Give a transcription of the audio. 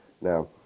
Now